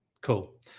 Cool